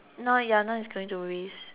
now ya now it's going to waste